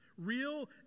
real